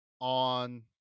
on